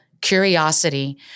curiosity